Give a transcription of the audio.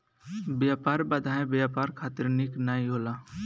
व्यापार बाधाएँ व्यापार खातिर निक नाइ होला